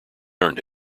earned